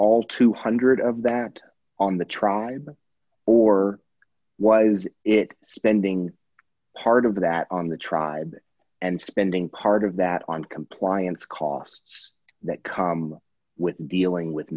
all two hundred dollars of that on the trial or was it spending part of that on the tried and spending part of that on compliance costs that come with dealing with